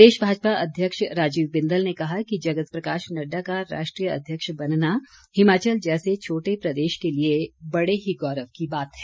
प्रदेश भाजपा अध्यक्ष राजीव बिंदल ने कहा कि जगत प्रकाश नड्डा का राष्ट्रीय अध्यक्ष बनना हिमाचल जैसे छोटे प्रदेश के लिए बड़े ही गौरव की बात है